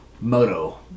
moto